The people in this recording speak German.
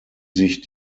sich